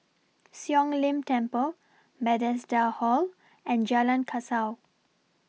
Siong Lim Temple Bethesda Hall and Jalan Kasau